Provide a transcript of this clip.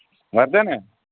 وَردَن ہہ